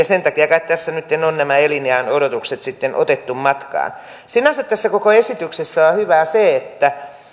sen takia kai tässä nytten on nämä eliniänodotukset sitten otettu matkaan sinänsä tässä koko esityksessä on on hyvää se että